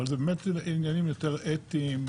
אבל זה באמת עניינים יותר אתיים,